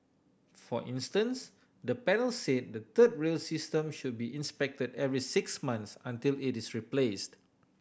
for instance the panel said the third rail system should be inspected every six months until it is replaced